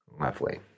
Lovely